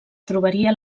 trobaria